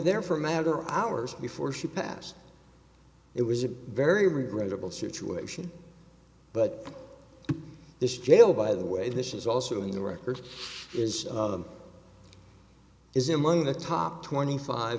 there for a matter of hours before she passed it was a very regrettable situation but this jail by the way this is also in the records is of is among the top twenty five